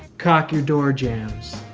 caulk your door jams.